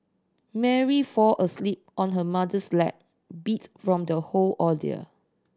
Mary fall asleep on her mother's lap beat from the whole ordeal